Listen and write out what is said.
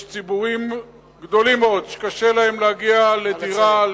יש ציבורים גדולים מאוד שקשה להם להגיע לדירה,